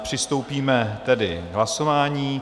Přistoupíme tedy k hlasování.